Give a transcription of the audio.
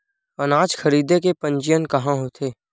अनाज खरीदे के पंजीयन कहां होथे?